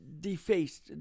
defaced